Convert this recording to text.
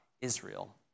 Israel